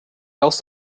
else